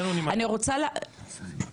אני רוצה --- אצלנו עונים מהר.